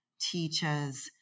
teachers